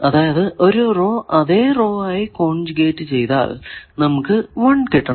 അതായത് ഒരു റോ അതെ റോ ആയി കോൺജൂഗെറ്റ് ചെയ്താൽ നമുക്ക് 1 കിട്ടണം